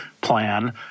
plan